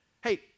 Hey